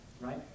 right